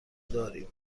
داریم